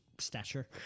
stature